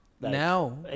Now